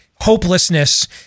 hopelessness